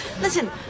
Listen